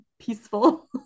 peaceful